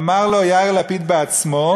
אמר לו יאיר לפיד בעצמו,